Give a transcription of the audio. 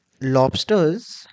lobsters